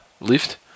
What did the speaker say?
lift